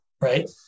Right